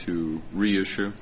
to reassure